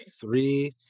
three